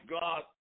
God